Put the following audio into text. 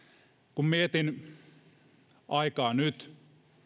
kun mietin aikaa nyt